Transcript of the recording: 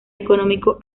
económico